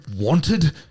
wanted